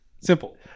simple